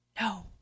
No